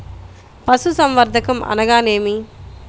పశుసంవర్ధకం అనగానేమి?